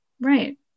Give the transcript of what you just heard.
right